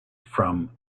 from